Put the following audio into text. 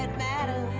and matter.